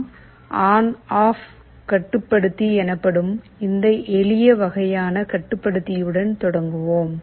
நாம் on off கட்டுப்படுத்தி எனப்படும் இந்த எளிய வகையான கட்டுப்படுத்தியுடன் தொடங்குவோம்